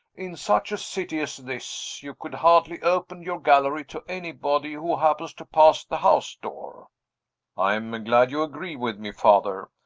in such a city as this, you could hardly open your gallery to anybody who happens to pass the house-door. i am glad you agree with me, father.